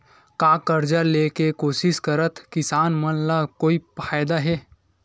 का कर्जा ले के कोशिश करात किसान मन ला कोई फायदा हे?